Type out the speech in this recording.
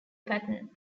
pattern